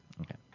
Okay